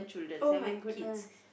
oh-my-goodness